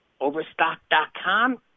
Overstock.com